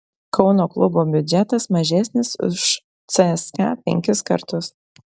kauno klubo biudžetas mažesnis už cska penkis kartus